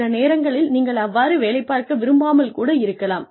சில நேரங்களில் நீங்கள் அவ்வாறு வேலை பார்க்க விரும்பாமல் கூட இருக்கலாம்